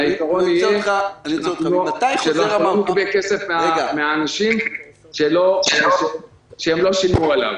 העיקרון יהיה שאנחנו לא נגבה כסף מן האנשים על שירות שלא קיבלו אותו.